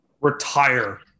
Retire